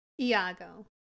Iago